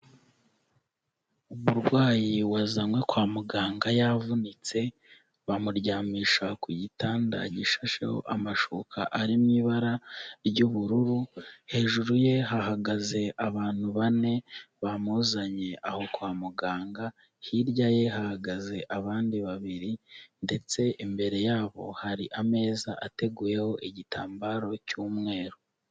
Umurwayi wazanywe kwa muganga yavunitse bamuryamisha ku gitanda gishasheho amashuka ari mu ibara ry'ubururu, hejuru ye hahagaze abantu bane bamuzanye aho kwa muganga, hirya ye hahagaze abandi babiri ndetse imbere yabo hari ameza ateguyeho igitambaro cy'umweru.